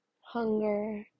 hunger